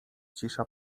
cisza